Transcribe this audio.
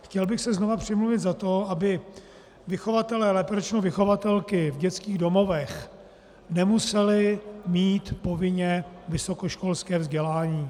Chtěl bych se znovu přimluvit za to, aby vychovatelé, lépe řečeno vychovatelky v dětských domovech nemusely mít povinně vysokoškolské vzdělání.